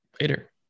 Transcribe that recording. Later